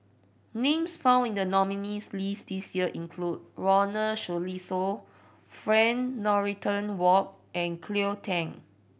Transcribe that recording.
names found in the nominees' list this year include Ronald Susilo Frank Dorrington Ward and Cleo Thang